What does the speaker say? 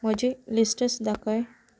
म्हजें लिस्ट्स दाखय